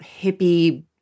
hippie